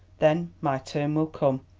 then my turn will come.